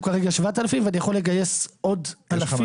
יש לנו כרגע 7,000 מתנדבים ואני יכול לגייס עוד אלפים,